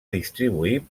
distribuir